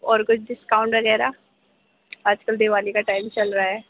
اور کچھ ڈسکاؤنٹ وغیرہ آجکل دیوالی کا ٹائم چل رہا ہے